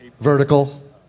vertical